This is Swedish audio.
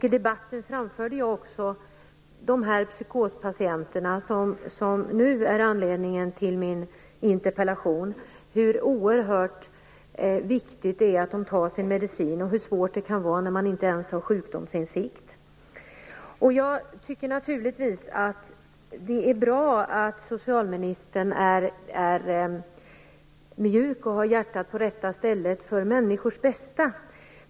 I debatten framhöll jag också de psykospatienter som nu är anledning till min interpellation, hur oerhört viktigt det är att de tar sin medicin och hur svårt det kan vara när de inte ens har sjukdomsinsikt. Jag tycker naturligtvis att det är bra att socialministern är mjuk och har hjärtat på rätta stället för människors bästa.